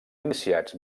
iniciats